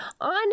on